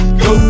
go